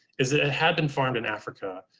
is it had been farmed in africa,